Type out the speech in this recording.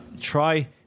Try